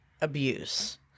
abuse